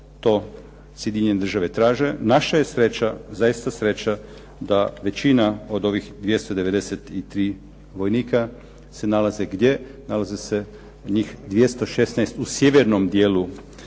to Sjedinjene Države traže. Naša je sreća, zaista sreća da većina od ovih 293 vojnika se nalaze gdje? Nalaze se njih 216 u sjevernom dijelom